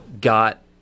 got